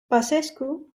basescu